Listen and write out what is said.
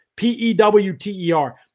P-E-W-T-E-R